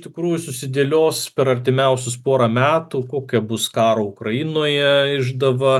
iš tikrųjų susidėlios per artimiausius porą metų kokia bus karo ukrainoje išdava